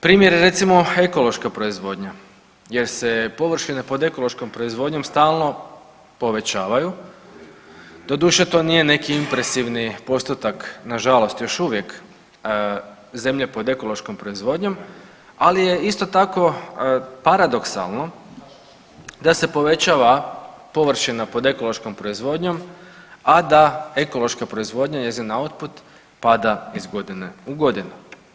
Primjer je recimo ekološka proizvodnja jer se površine pod ekološkom proizvodnjom stalno povećavaju, doduše to nije neki impresivni postotak nažalost još uvijek zemlje pod ekološkom proizvodnjom, ali je isto tako paradoksalno da se povećava površina pod ekološkom proizvodnjom, a da ekološka proizvodnja i njezin output pada iz godine u godinu.